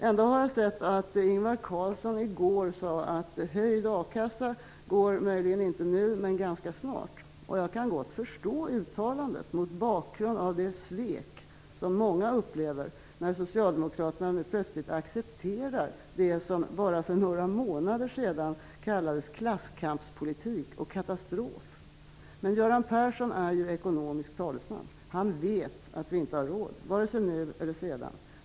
Ändå såg jag att Ingvar Carlsson i går sade att höjd a-kassa möjligen inte går nu, men ganska snart. Jag förstår uttalandet mot bakgrund av det svek som många upplever när socialdemokraterna nu plötsligt accepterar det som bara för några månader sedan kallades för klasskampspolitik och katastrof. Men Göran Persson är ju ekonomisk talesman. Han vet att vi inte har råd, vare sig nu eller sedan.